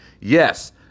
yes